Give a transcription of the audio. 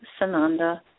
Sananda